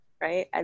right